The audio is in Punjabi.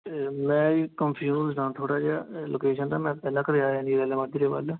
ਇਹ ਮੈਂ ਜੀ ਕੰਨਫਿਉਜਡ ਆ ਤੁਹਾਡਾ ਜਿਹੜਾ ਲੌਕੇਸ਼ਨ ਦਾ ਮੈਂ ਪਹਿਲਾਂ ਕਦੇ ਆਇਆ ਨੀ ਰੈਲ ਮਾਜਰੇ ਵੱਲ੍ਹ